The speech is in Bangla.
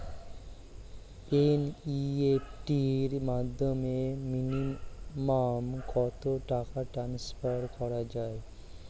এন.ই.এফ.টি র মাধ্যমে মিনিমাম কত টাকা ট্রান্সফার করা যায়?